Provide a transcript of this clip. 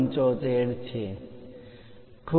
75 છે